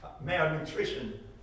malnutrition